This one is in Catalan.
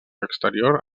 exterior